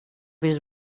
his